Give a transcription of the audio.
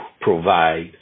provide